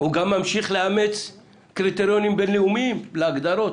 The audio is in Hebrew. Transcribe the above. הוא גם ממשיך לאמץ קריטריונים בינלאומיים להגדרות.